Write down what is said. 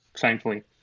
Thankfully